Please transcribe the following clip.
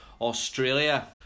Australia